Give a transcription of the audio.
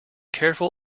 careful